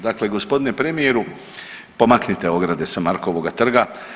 Dakle, gospodine premijeru pomaknite ograde sa Markovoga trga.